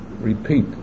repeat